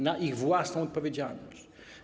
Na ich własną odpowiedzialność.